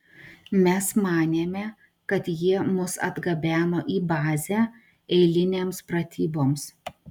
mes manėme kad jie mus atgabeno į bazę eilinėms pratyboms